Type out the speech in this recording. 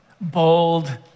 bold